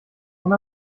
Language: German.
und